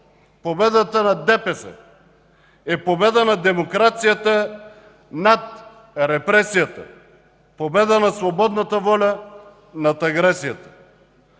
победата на ДПС е победа на демокрацията над репресията, победа на свободната воля над агресията.